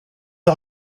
vos